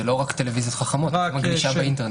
זה לא רק טלוויזיות חכמות, יש גם גלישה באינטרנט.